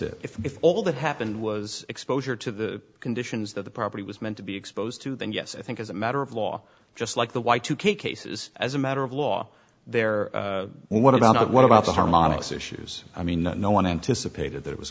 that's if all that happened was exposure to the conditions that the property was meant to be exposed to then yes i think as a matter of law just like the yk cases as a matter of law there were what about what about the harmonics issues i mean no one anticipated that it was